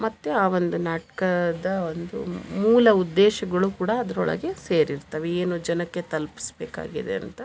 ಮತ್ತೆ ಆ ಒಂದು ನಾಟ್ಕದ ಒಂದು ಮೂಲ ಉದ್ದೇಶಗಳು ಕೂಡ ಅದರೊಳಗೆ ಸೇರಿರ್ತವೆ ಏನು ಜನಕ್ಕೆ ತಲ್ಪ್ಸ್ಬೇಕಾಗಿದೆ ಅಂತ